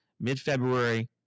Mid-February